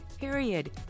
period